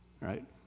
Right